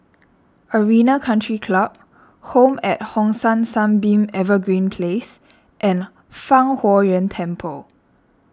Arena Country Club Home at Hong San Sunbeam Evergreen Place and Fang Huo Yuan Temple